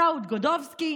דאוד גודובסקי